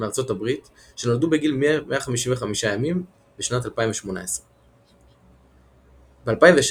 מארצות הברית שנולדו בגיל 155 ימים בשנת 2018. ב-2016